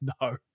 No